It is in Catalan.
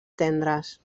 tendres